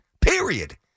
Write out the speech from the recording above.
period